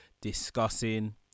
discussing